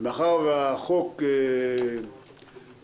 בעצם, מאחר והחוק קבע